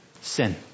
sin